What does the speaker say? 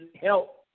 help